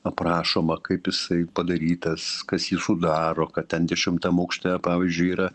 aprašoma kaip jisai padarytas kas jį sudaro kad ten dešimtam aukšte pavyzdžiui yra